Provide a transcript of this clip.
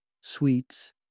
sweets